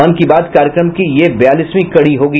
मन की बात कार्यक्रम की ये बयालसवीं कड़ी होगी